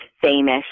famous